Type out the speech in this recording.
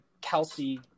Kelsey